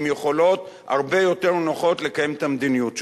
עם יכולות הרבה יותר נוחות לקיים את המדיניות שלו.